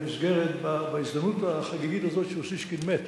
בהזדמנות החגיגית הזאת שאוסישקין מת,